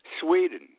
sweden